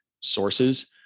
sources